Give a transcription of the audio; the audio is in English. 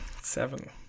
Seven